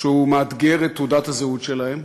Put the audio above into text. כשהוא מאתגר את תעודת הזהות שלהם